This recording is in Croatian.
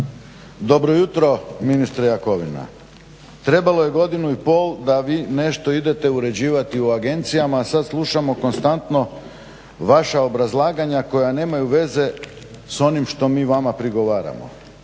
Dobro jutro ministre Jakovina. Trebalo je godinu i pol da vi nešto idete uređivati u agencijama, a sad slušamo konstantno vaša obrazlaganja koja nemaju veze s onim što mi vama prigovaramo.